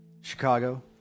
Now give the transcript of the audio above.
Chicago